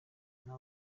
nta